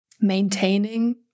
maintaining